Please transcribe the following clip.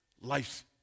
life's